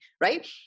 right